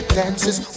dances